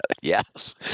Yes